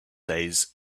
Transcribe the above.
days